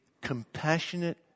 compassionate